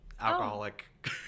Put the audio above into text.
alcoholic